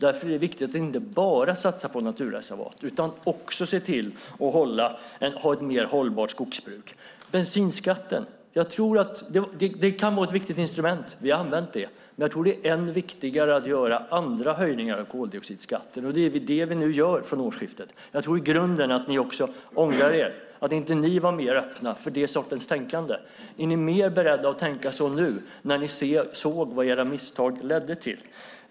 Därför är det viktigt att inte enbart satsa på naturreservat utan även ha ett mer hållbart skogsbruk. Bensinskatten kan vara ett viktigt instrument. Vi har använt det. Än viktigare tror jag är att göra andra höjningar av koldioxidskatten, vilket vi också gör från årsskiftet. I grunden tror jag att ni ångrar att ni inte var mer öppna för den sortens tänkande. Är ni beredda att tänka så nu när ni sett vad era misstag lett till?